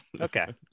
Okay